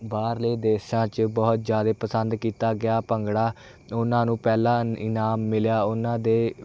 ਬਾਹਰਲੇ ਦੇਸ਼ਾਂ 'ਚ ਬਹੁਤ ਜ਼ਿਆਦੇ ਪਸੰਦ ਕੀਤਾ ਗਿਆ ਭੰਗੜਾ ਉਹਨਾਂ ਨੂੰ ਪਹਿਲਾ ਇ ਇਨਾਮ ਮਿਲਿਆ ਉਹਨਾਂ ਦੇ